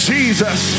Jesus